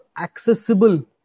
accessible